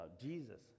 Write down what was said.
Jesus